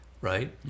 right